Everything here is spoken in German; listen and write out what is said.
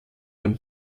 beim